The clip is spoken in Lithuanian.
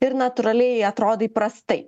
ir natūraliai atrodai prastai